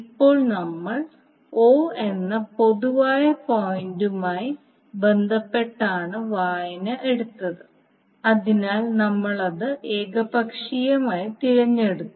ഇപ്പോൾ നമ്മൾ o എന്ന പൊതുവായ പോയിന്റുമായി ബന്ധപ്പെട്ടാണ് വായന എടുത്തത് അതിനാൽ നമ്മൾ അത് ഏകപക്ഷീയമായി തിരഞ്ഞെടുത്തു